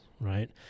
right